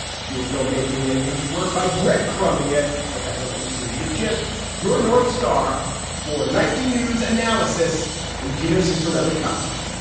she is still making it into work by bread crushing it but that will end soon the gist your north star for nightly news analysis and dino sister so viscerally content.